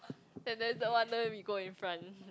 and then no wonder we go in front